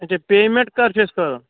اَچھا پیٚمینٛٹ کَر چھِ اَسہِ کَرُن